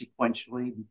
sequentially